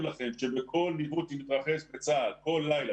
לכם שבכל ניווט שמתרחש בצבא הגנה לישראל בכל לילה,